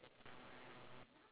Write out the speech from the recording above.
integrate chinese